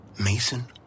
Mason